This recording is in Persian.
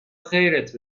خیرت